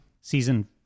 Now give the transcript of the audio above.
season